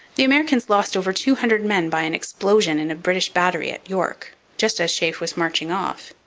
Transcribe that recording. the americans lost over two hundred men by an explosion in a british battery at york just as sheaffe was marching off.